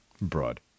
Broad